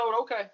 Okay